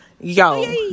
Yo